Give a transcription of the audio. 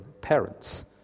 parents